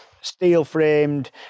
steel-framed